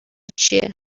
چیه